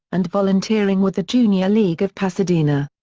and volunteering with the junior league of pasadena.